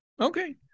Okay